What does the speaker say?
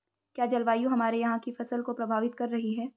क्या जलवायु हमारे यहाँ की फसल को प्रभावित कर रही है?